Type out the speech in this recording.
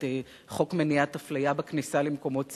חוק מניעת אפליה בכניסה למקומות ציבוריים,